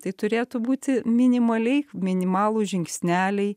tai turėtų būti minimaliai minimalūs žingsneliai